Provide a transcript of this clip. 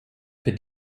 für